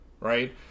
Right